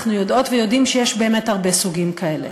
אנחנו יודעות ויודעים שיש באמת הרבה סוגים כאלה.